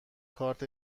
کارت